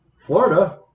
Florida